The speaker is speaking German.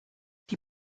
die